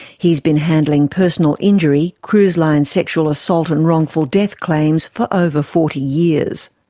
he has been handling personal injury, cruise line sexual assault and wrongful death claims for over forty years.